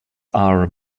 are